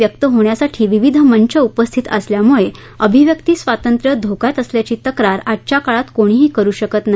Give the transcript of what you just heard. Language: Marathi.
व्यक्त होण्यासाठी विविध मंच उपस्थित असल्यामुळे अभिव्यक्ती स्वातंत्र्य धोक्यात असल्याची तक्रार आजच्या काळात कोणीही करु शकत नाही